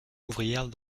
ouvrière